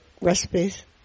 recipes